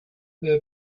her